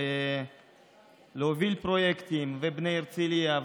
של הובלת פרויקטים בבני הרצליה,